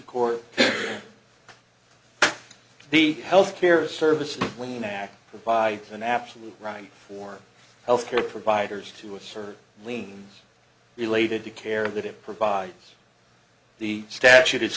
of course the health care services when an act provides an absolute right for healthcare providers to assert lean related to care that it provides the statute it's